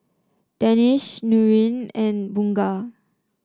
Danish Nurin and Bunga